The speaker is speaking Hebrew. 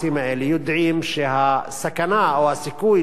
או הסיכוי לתפוס אותם הוא מאוד נמוך,